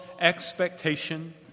expectation